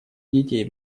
детей